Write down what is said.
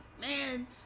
man